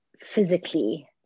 physically